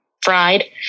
fried